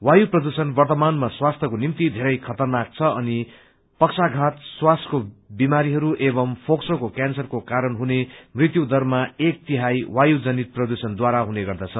वायु प्रदुषण वर्तमानमा स्वास्थ्यको निम्ति धेरै खतरनाक छ अनि पक्षाघात श्वासको बिमारीहरू एवं फोक्सोको क्यान्सरको कारण हुने मृत्यु दरमा एक तिहाई वायु जनित प्रदूषणद्वारा हुने गर्दछ